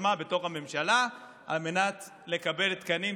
עצמה בתוך הממשלה על מנת לקבל תקנים,